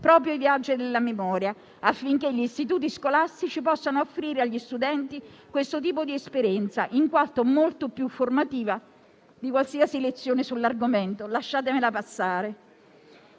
proprio i viaggi della memoria, affinché gli istituti scolastici possano offrire agli studenti questo tipo di esperienza, in quanto molto più formativa - lasciatemelo dire - di qualsiasi lezione sull'argomento. Certamente le visite